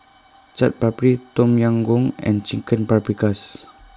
Chaat Papri Tom Yam Goong and Chicken Paprikas